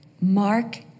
Mark